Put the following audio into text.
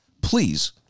please